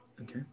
Okay